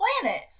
planet